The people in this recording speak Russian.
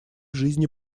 жизни